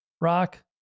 rock